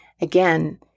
Again